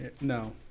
No